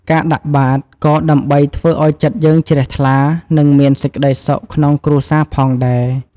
ការដាក់បាតក៏ដើម្បីធ្វើឱ្យចិត្តយើងជ្រះថ្លានិងមានសេចក្ដីសុខក្នុងគ្រួសារផងដែរ